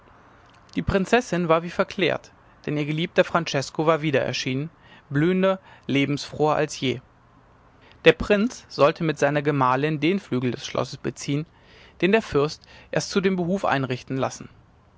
die prinzessin war wie verklärt denn ihr geliebter francesko war wieder erschienen blühender lebensfroher als je der prinz sollte mit seiner gemahlin den flügel des schlosses beziehen den der fürst erst zu dem behuf einrichten lassen